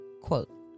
quote